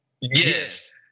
Yes